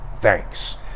thanks